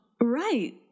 Right